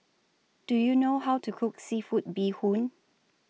Do YOU know How to Cook Seafood Bee Hoon